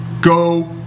go